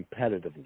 competitively